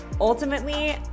Ultimately